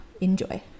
Enjoy